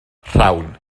rhawn